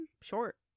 short